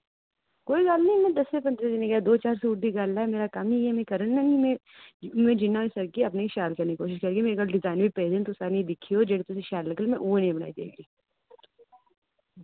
कोई गल्ल नि मैं दस्सें पंदरें दिने केह् दो चार सूट दी गल्ल ऐ मेरा कम्म ही इय्यै मि करन लै में में जिन्ना होई सकगी अपने शैल करने दी कोशिश करगी मेरे कोल डिजाइन बी पेदे न तुस आह्नियै दिक्खेओ जेह्ड़े तुसें शैल लग्गग मैं उऐ दे बनाई देगी